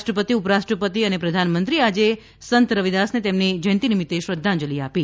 રાષ્ટ્રપતિ ઉપરાષ્ટ્રપતિ અને પ્રધાનમંત્રીએ આજે સંત રવિદાસને તેમની જયંતિ નિમિત્તે શ્રદ્ધાંજલિ આપી